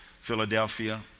Philadelphia